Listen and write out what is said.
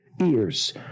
ears